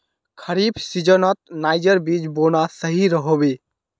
खरीफ सीजनत नाइजर बीज बोना सही रह बे